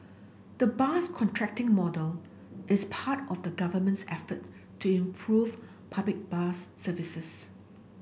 the bus contracting model is part of the Government's effort to improve public bus services